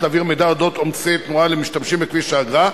להעביר מידע על עומסי תנועה למשתמשים בכביש האגרה,